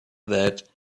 that